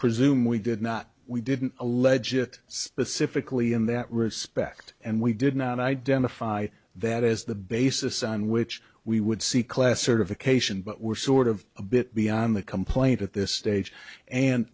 presume we did not we didn't a legit specifically in that respect and we did not identify that as the basis on which we would see class certification but we're sort of a bit beyond the complaint at this stage and